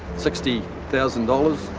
sixty thousand dollars,